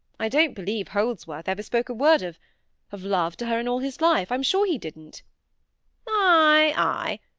i don't believe holdsworth ever spoke a word of of love to her in all his life. i'm sure he didn't ay. ay!